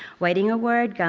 whiting award,